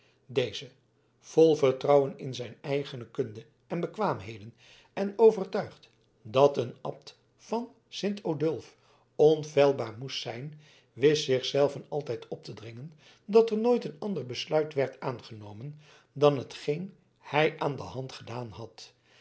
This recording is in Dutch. deze vol vertrouwen in zijn eigene kunde en bekwaamheden en overtuigd dat een abt van sint odulf onfeilbaar moest zijn wist zich zelven altijd op te dringen dat er nooit een ander besluit werd aangenomen dan hetgeen hij aan de hand gedaan had